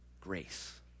Grace